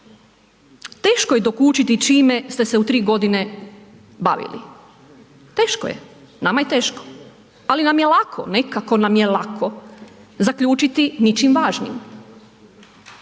Teško je dokučiti čime ste se u tri godine bavili, teško je, nama je teško ali nam je lako, nekako nam je lako zaključiti ničim važnim.